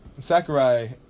sakurai